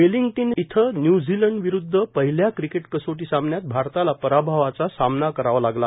Wellington इथं न्यूझीलंडविरुद्ध पहिल्या क्रिकेट कसोटी सामन्यात भारताला पराभवाचा सामना करावा लागला